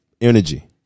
energy